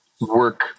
work